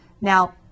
Now